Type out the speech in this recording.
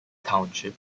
township